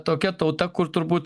tokia tauta kur turbūt